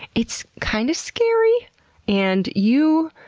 it's kind of scary and you,